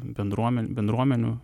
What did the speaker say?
bendruomen bendruomenių